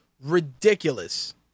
ridiculous